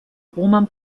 roman